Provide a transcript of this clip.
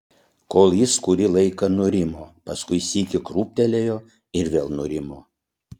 kol jis kurį laiką nurimo paskui sykį krūptelėjo ir vėl nurimo